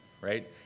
right